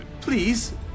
Please